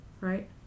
right